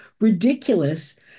ridiculous